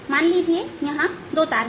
मान लीजिए यहां दो तार है